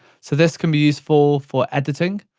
so this can be useful for editing.